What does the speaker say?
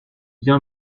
bien